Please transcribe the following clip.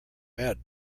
bed